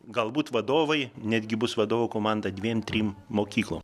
galbūt vadovai netgi bus vadovų komanda dviem trim mokyklo